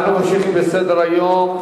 אנחנו ממשיכים בסדר-היום.